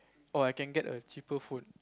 or I can get a cheaper phone